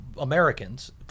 Americans